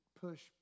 push